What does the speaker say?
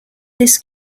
this